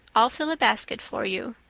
i'll fill a basket for you.